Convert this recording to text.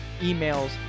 emails